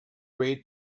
way